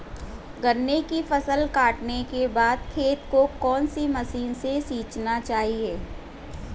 गन्ने की फसल काटने के बाद खेत को कौन सी मशीन से सींचना चाहिये?